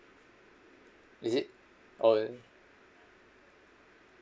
is it or